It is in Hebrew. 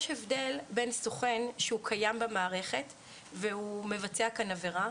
יש הבדל בין סוכן שהוא קיים במערכת והוא מבצע עבירה.